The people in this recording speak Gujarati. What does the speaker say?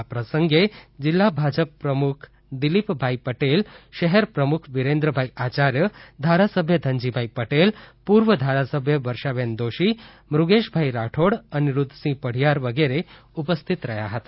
આ પ્રસંગે જિલ્લા ભાજપ પ્રમુખ દીલીપ ભાઈ પટેલ શહેર પ્રમુખ વિરેન્દ્ર ભાઈ આચાર્ય ધારાસભ્ય ધનજીભાઈ પટેલ પૂર્વ ધારાસભ્ય વર્ષાબેન દોશી મૃગેશભાઈ રાઠોડઅનિરુદ્ધ સિંહ પઢિયાર વિગેરે ઉપસ્થિત રહ્યા હતા